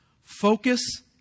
focus